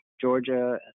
Georgia